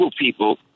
people